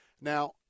Now